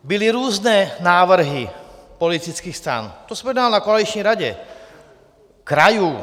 Byly různé návrhy politických stran, to jsme na koaliční radě krajů.